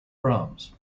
brahms